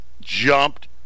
jumped